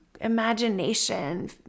imagination